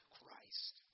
Christ